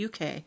UK